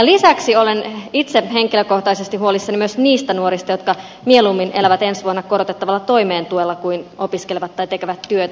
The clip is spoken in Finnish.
lisäksi olen itse henkilökohtaisesti huolissani myös niistä nuorista jotka mieluummin elävät ensi vuonna korotettavalla toimeentulotuella kuin opiskelevat tai tekevät työtä